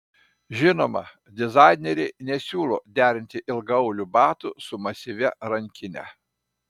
žinoma dizaineriai nesiūlo derinti ilgaaulių batų su masyvia rankine